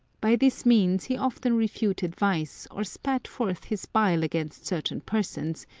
by this means he often refuted vice, or spat forth his bile against certain persons,